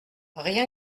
rien